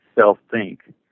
self-think